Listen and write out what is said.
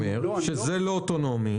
וזה לא אוטונומי.